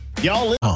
Y'all